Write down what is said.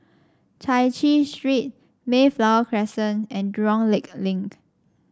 Chai Chee Street Mayflower Crescent and Jurong Lake Link